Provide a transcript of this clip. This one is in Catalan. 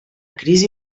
crisi